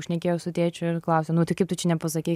šnekėjo su tėčiu ir klausė nu tai kaip tu čia nepasakei